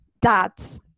dads